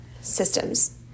systems